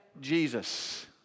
Jesus